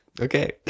Okay